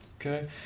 Okay